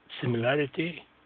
similarity